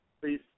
please